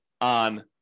on